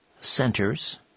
centers